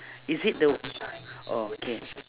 is it the orh k